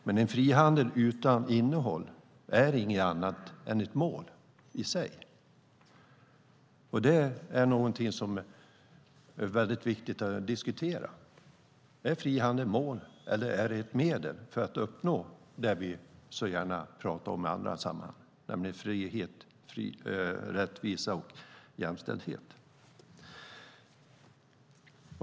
Men en frihandel utan innehåll är inget annat än ett mål i sig, och det är någonting som är viktigt att diskutera: Är frihandel mål eller ett medel för att uppnå det vi så gärna pratar om i andra sammanhang, nämligen frihet, rättvisa och jämställdhet?